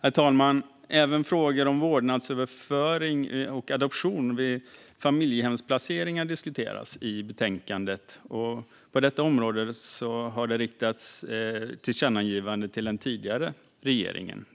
Även frågor om vårdnadsöverflyttning och adoption vid familjehemsplaceringar diskuteras i betänkandet, och på detta område har det riktats tillkännagivanden till den tidigare regeringen.